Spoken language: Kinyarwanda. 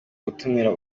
gutumira